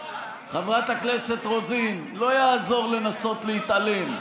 חברת הכנסת רוזין, לא יעזור לנסות להתעלם.